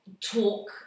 talk